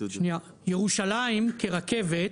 ירושלים כרכבת